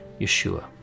Yeshua